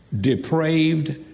depraved